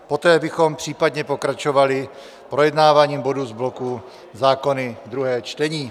Poté bychom případně pokračovali projednáváním bodů z bloku zákony, druhé čtení.